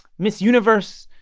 miss universe,